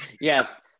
yes